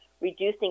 reducing